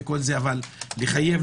אבל לחייב,